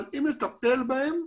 אבל אם נטפל בהם,